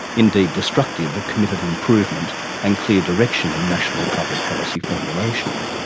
indeed destructive of committed improvement and clear direction in national public policy formulation.